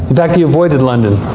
in fact, he avoided london.